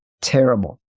terrible